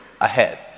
ahead